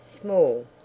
Small